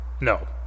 No